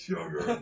Sugar